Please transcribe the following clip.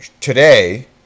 today